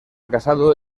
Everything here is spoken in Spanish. casado